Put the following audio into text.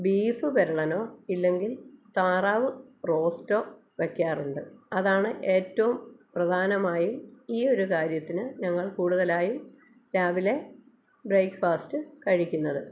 beef പിരളനോ ഇല്ലെങ്കിൽ താറവ് റോസ്റ്റോ വെയ്ക്കാറുണ്ട് അതാണ് ഏറ്റവും പ്രധാനമായി ഈ ഒരു കാര്യത്തിന് ഞങ്ങൾ കൂടുതലായി രാവിലെ ബ്രേക്ക്ഫാസ്റ്റ് കഴിക്കുന്നത്